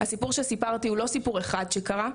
הסיפור שסיפרתי הוא לא סיפור אחד שקרה,